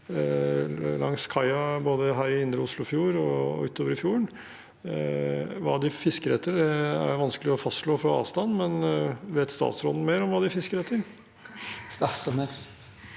langs kaia både her i indre Oslofjord og utover i fjorden. Hva de fisker etter, er det vanskelig å fastslå fra avstand. Vet statsråden mer om hva de fisker etter? Statsråd